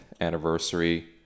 anniversary